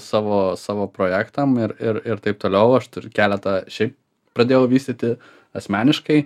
savo savo projektam ir ir ir taip toliau aš turiu keletą šiaip pradėjau vystyti asmeniškai